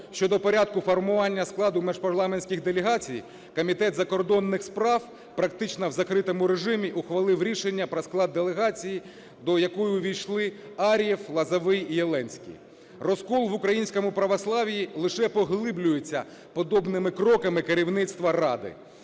щодо порядку формування складу міжпарламентських делегацій Комітет у закордонних справах практично в закритому режимі ухвалив рішення про склад делегації, до якої увійшли: Ар'єв, Лозовой і Єленський. Розкол в українському православ'ї лише поглиблюється подібними кроками керівництва Ради.